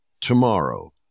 tomorrow